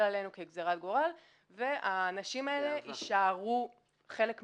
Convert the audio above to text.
עלינו כגזירת גורל והאנשים האלה יישארו חלק מהחברה.